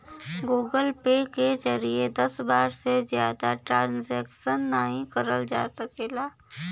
Google Pay के जरिए दस बार से जादा ट्रांजैक्शन नाहीं करल जा सकला